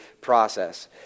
process